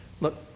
look